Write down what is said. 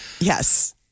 Yes